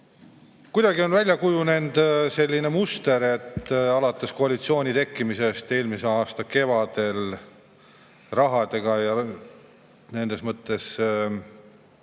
Kuidagi on välja kujunenud selline muster, et alates koalitsiooni tekkimisest eelmise aasta kevadel ei ole rahaga ja maksutõusudega